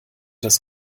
das